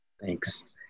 Thanks